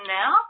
now